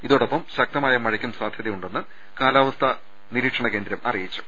ഇതോടൊപ്പം ശക്തമായ മഴയ്ക്കും സാധ്യതയുണ്ടെന്ന് കേന്ദ്ര കാലാവസ്ഥാ നിരീക്ഷണ കേന്ദ്രം അറിയിച്ചു